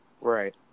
Right